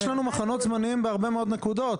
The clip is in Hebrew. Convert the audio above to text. יש לנו מחנות זמניים בהרבה מאוד נקודות.